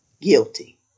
guilty